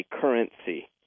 currency